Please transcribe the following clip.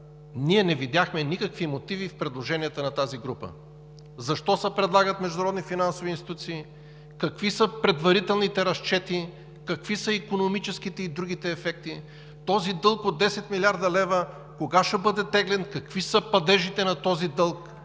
Ние не видяхме никакви мотиви в предложенията на тази група защо се предлагат международни финансови институции, какви са предварителните разчети, какви са икономическите и другите ефекти. Този дълг от 10 млрд. лв. кога ще бъде теглен, какви са падежите на този дълг